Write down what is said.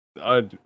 I-